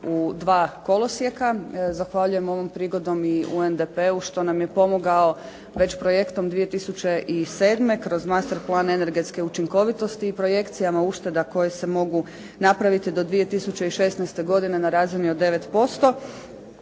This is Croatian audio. u dva kolosijeka. Zahvaljujem ovom prigodom i UNDP-u što nam je pomogao već projektom 2007. kroz master plan energetske učinkovitosti i projekcijama ušteda koje se mogu napraviti do 2016. godine na razini od 9%,